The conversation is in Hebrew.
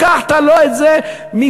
לקחת לו את זה מפת,